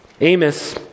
Amos